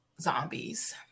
zombies